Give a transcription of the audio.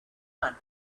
one